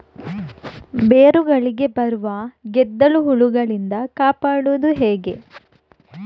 ಬೇರುಗಳಿಗೆ ಬರುವ ಗೆದ್ದಲು ಹುಳಗಳಿಂದ ಕಾಪಾಡುವುದು ಹೇಗೆ?